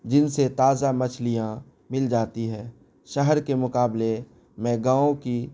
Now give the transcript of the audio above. جن سے تازہ مچھلیاں مل جاتی ہیں شہر کے مقابلے میں گاؤں کی